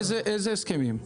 איזה הסכמים?